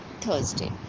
thursday